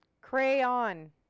crayon